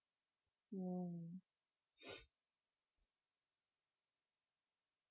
mm